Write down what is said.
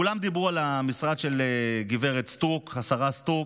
כולם דיברו על המשרד של גברת סטרוק, השרה סטרוק,